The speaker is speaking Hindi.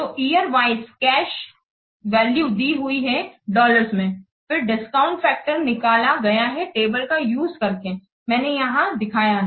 तो ईयर वाइज कैश वैल्यू दी हुई है डॉलर्स में फिर डिस्काउंट फैक्टर निकाला गया है टेबल का यूज करके मैंने यहां दिखाया है